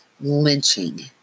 lynching